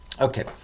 okay